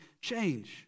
change